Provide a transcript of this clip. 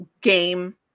game